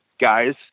guys